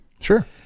Sure